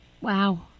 Wow